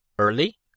early